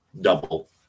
double